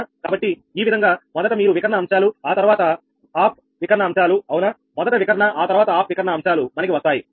కాబట్టి ఈ విధంగా మొదట మీరు వికర్ణ అంశాలూ ఆ తర్వాత ఆప్ వికర్ణ అంశాలూ అవునా మొదట వికర్ణ ఆ తర్వాత ఆఫ్ వికర్ణ అంశాలు మనకి వస్తాయి సరేనా